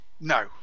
no